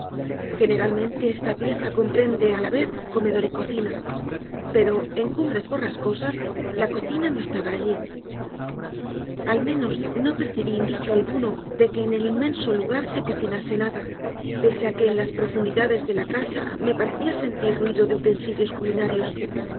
generalmente esta pieza comprende a la vez comedor y cocina pero en cumbres borrascosas la cocina no estaba allí al menos no percibí indicio alguno de que en el inmenso lugar se cocinase nada pese a que en las profundidades de la casa me parecía sentir ruido de utensilios culinarios